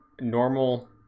normal